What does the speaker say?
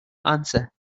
answer